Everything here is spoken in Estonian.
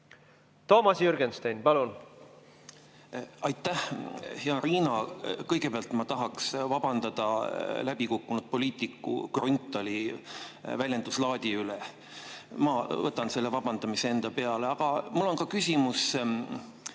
Toomas Jürgenstein, palun! Aitäh! Hea Riina! Kõigepealt ma tahaks vabandada läbikukkunud poliitiku Grünthali väljenduslaadi pärast. Ma võtan selle vabandamise enda peale. Aga mul on ka küsimus.